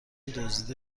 دزدیده